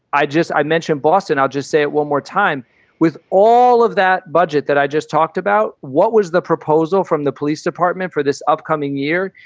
i just i mentioned boston. i'll just say it one more time with all of that budget that i just talked about. what was the proposal from the police department for this upcoming year?